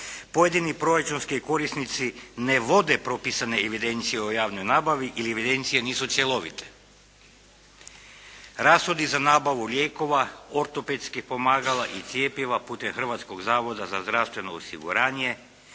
Pojedini proračunski korisnici ne vode propisane evidencije o javnoj nabavi ili evidencije nisu cjelovite. Rashodi za nabavu lijekova, ortopedskih pomagala i cjepiva putem Hrvatskog zavoda za zdravstveno osiguranje